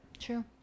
True